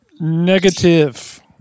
Negative